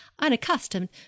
unaccustomed